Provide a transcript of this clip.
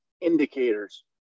indicators